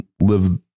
live